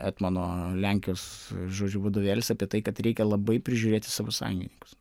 etmono lenkijos žodžiu vadovėlis apie tai kad reikia labai prižiūrėti savo sąjungininkus